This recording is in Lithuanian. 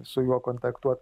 su juo kontaktuot